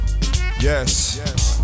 Yes